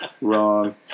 Wrong